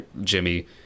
Jimmy